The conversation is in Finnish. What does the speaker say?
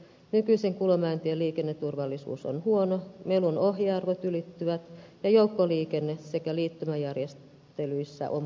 nykyisen kulomäentien liikenneturvallisuus on huono melun ohjearvot ylittyvät ja joukkoliikenne sekä liittymäjärjestelyissä on puutteita